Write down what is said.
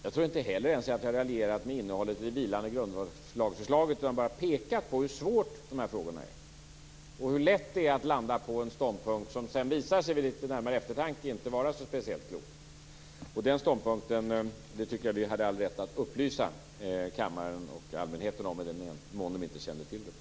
Jag tror inte heller att jag har raljerat med innehållet i det vilande grundlagsförslaget utan bara pekat på hur svåra de här frågorna är och hur lätt det är att landa på en ståndpunkt som sedan vid närmare eftertanke visar sig inte vara så speciellt klok. Den ståndpunkten hade vi all rätt att upplysa kammaren och allmänheten om i den mån de inte kände till den.